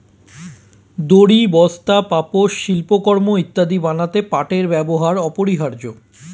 দড়ি, বস্তা, পাপোশ, শিল্পকর্ম ইত্যাদি বানাতে পাটের ব্যবহার অপরিহার্য